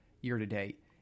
year-to-date